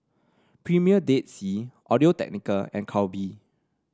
Premier Dead Sea Audio Technica and Calbee